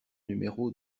numéro